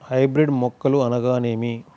Hybrid మొక్కలు అనగానేమి?